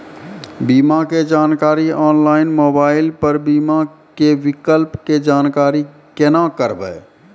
बीमा के जानकारी ऑनलाइन मोबाइल पर बीमा के विकल्प के जानकारी केना करभै?